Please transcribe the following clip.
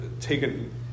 taken